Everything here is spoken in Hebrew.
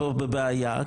כשתפסידו בבחירות לכנסת,